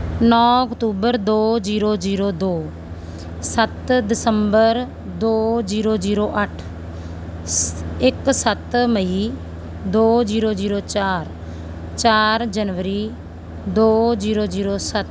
ਨੌਂ ਅਕਤੂਬਰ ਦੋ ਜੀਰੋ ਜੀਰੋ ਦੋ ਸੱਤ ਦਸੰਬਰ ਦੋ ਜੀਰੋ ਜੀਰੋ ਅੱਠ ਸ ਇੱਕ ਸੱਤ ਮਈ ਦੋ ਜੀਰੋ ਜੀਰੋ ਚਾਰ ਚਾਰ ਜਨਵਰੀ ਦੋ ਜੀਰੋ ਜੀਰੋ ਸੱਤ